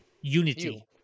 unity